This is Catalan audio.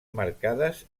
marcades